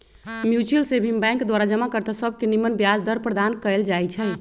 mutual saving bank द्वारा जमा कर्ता सभके निम्मन ब्याज दर प्रदान कएल जाइ छइ